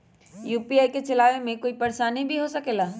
UPI के चलावे मे कोई परेशानी भी हो सकेला?